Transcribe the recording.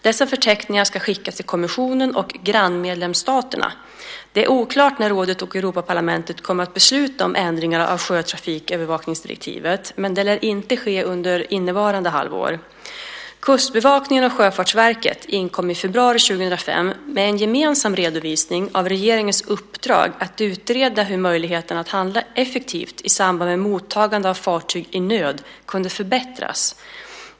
Dessa förteckningar ska skickas till kommissionen och grannmedlemsstater. Det är oklart när rådet och Europaparlamentet kommer att besluta om ändringar av sjötrafikövervakningsdirektivet, men det lär inte ske under innevarande halvår. Kustbevakningen och Sjöfartsverket inkom i februari 2005 med en gemensam redovisning av regeringens uppdrag att utreda hur möjligheterna att handla effektivt i samband med mottagande av fartyg i nöd kunde förbättras.